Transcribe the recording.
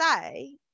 say